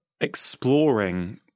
exploring